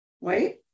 Wait